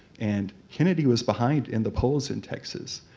and kennedy was behind in the polls in texas.